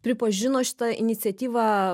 pripažino šitą iniciatyvą